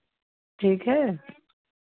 ठीक है